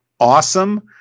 awesome